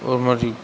ஒருமாதிரி